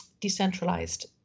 decentralized